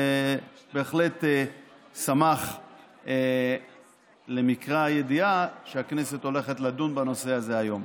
הוא בהחלט שמח למקרא הידיעה שהכנסת הולכת לדון בנושא הזה היום.